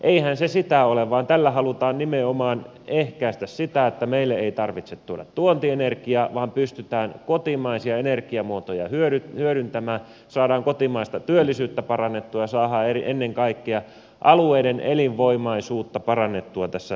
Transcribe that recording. eihän se sitä ole vaan tällä halutaan nimenomaan ehkäistä sitä että meille tarvitsisi tuoda tuontienergiaa vaan pystytään kotimaisia energiamuotoja hyödyntämään saadaan kotimaista työllisyyttä parannettua ja saadaan ennen kaikkea alueiden elinvoimaisuutta parannettua tässä maassa